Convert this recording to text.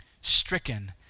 stricken